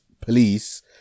police